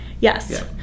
Yes